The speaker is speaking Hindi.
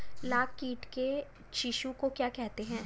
लाख कीट के शिशु को क्या कहते हैं?